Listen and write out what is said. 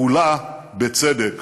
כולה, בצדק,